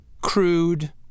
crude